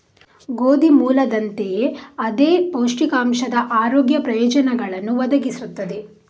ಗೋಧಿ ಮೂಲದಂತೆಯೇ ಅದೇ ಪೌಷ್ಟಿಕಾಂಶದ ಆರೋಗ್ಯ ಪ್ರಯೋಜನಗಳನ್ನು ಒದಗಿಸುತ್ತದೆ